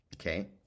Okay